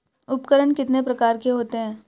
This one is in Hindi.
उपकरण कितने प्रकार के होते हैं?